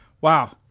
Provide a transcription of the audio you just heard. Wow